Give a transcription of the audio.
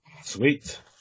Sweet